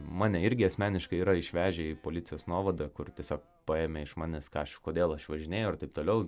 mane irgi asmeniškai yra išvežę į policijos nuovadą kur tiesiog paėmė iš manęs ką aš kodėl aš išvažinėju ir taip toliau